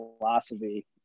philosophy